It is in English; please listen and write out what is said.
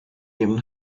given